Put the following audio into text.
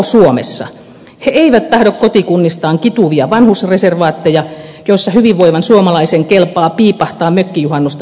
he eivät tahdo kotikunnistaan kituvia vanhusreservaatteja joissa hyvinvoivan suomalaisen kelpaa piipahtaa mökkijuhannusta viettämässä